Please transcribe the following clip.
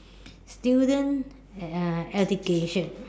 student uh education